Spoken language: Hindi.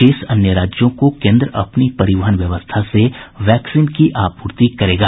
शेष अन्य राज्यों को केन्द्र अपनी परिवहन व्यवस्था से वैक्सीन की आपूर्ति सुनिश्चित करेगा